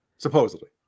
supposedly